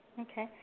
Okay